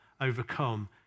overcome